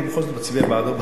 אני בכל זאת מצביע בעדו,